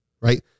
Right